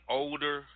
older